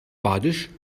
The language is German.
badisch